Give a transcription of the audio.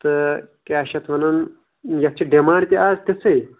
تہٕ کیٛاہ چھِ اَتھ وَنان یَتھ چھِ ڈِمانڈ تہِ آز تِژھٕے